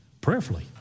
Prayerfully